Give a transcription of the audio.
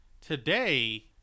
today